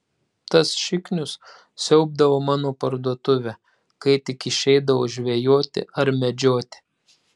tas šiknius siaubdavo mano parduotuvę kai tik išeidavau žvejoti ar medžioti